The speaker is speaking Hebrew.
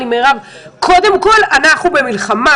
מה עם עוד תוכניות?